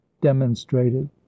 demonstrated